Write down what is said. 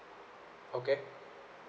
okay